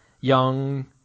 young